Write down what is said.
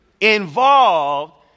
involved